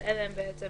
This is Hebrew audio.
אלה הם בעצם